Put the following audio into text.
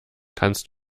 kannst